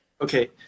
okay